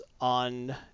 on